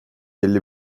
elli